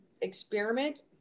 experiment